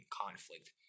conflict